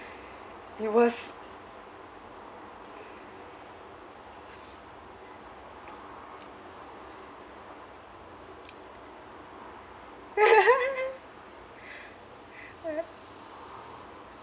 it was